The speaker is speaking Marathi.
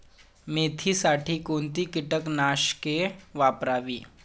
मेथीसाठी कोणती कीटकनाशके वापरावी?